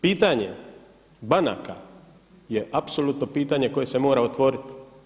Pitanje banaka je apsolutno pitanje koje se mora otvoriti.